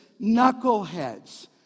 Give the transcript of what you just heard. knuckleheads